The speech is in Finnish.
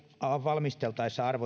valmisteltaessa